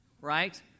right